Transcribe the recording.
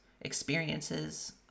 experiences